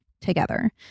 together